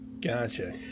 Gotcha